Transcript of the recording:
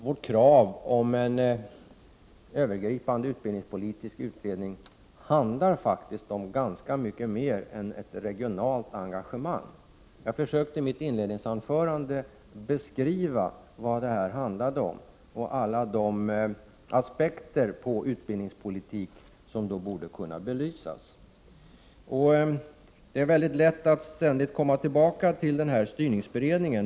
Vårt krav om en övergripande utbildningspolitisk utredning handlar faktiskt om ganska mycket mer än ett regionalt engagemang. Jag försökte i mitt inledningsanförande beskriva vad det handlar om och alla de aspekter på utbildningspolitik som borde kunna belysas i en sådan utredning. Det är mycket lätt att ständigt komma tillbaka till denna styrberedning.